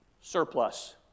Surplus